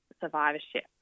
survivorship